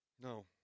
No